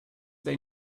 they